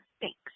Thanks